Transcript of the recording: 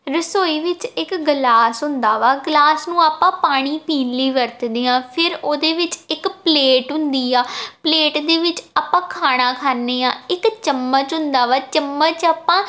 ਰਸੋਈ ਵਿੱਚ ਇੱਕ ਗਲਾਸ ਹੁੰਦਾ ਵਾ ਗਲਾਸ ਨੂੰ ਆਪਾਂ ਪਾਣੀ ਪੀਣ ਲਈ ਵਰਤਦੇ ਹਾਂ ਫਿਰ ਉਹਦੇ ਵਿੱਚ ਇੱਕ ਪਲੇਟ ਹੁੰਦੀ ਆ ਪਲੇਟ ਦੇ ਵਿੱਚ ਆਪਾਂ ਖਾਣਾ ਖਾਂਦੇ ਹਾਂ ਇੱਕ ਚਮਚ ਹੁੰਦਾ ਵਾ ਚਮਚ ਆਪਾਂ